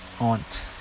aunt